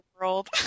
world